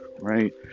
right